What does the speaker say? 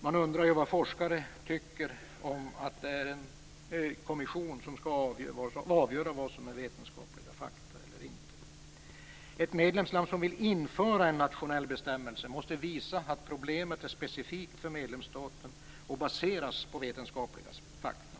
Man kan undra vad forskare tycker om att en kommission skall avgöra vad som är vetenskapliga fakta eller inte. Ett medlemsland som vill införa en nationell bestämmelse måste visa att problemet är specifikt för medlemsstaten och att det hela baseras på vetenskapliga fakta.